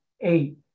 Eight